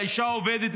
האישה עובדת,